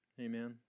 amen